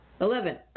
Eleven